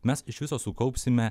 mes iš viso sukaupsime